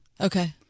Okay